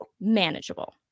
manageable